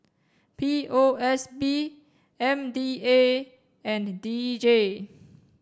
P O S B M D A and D J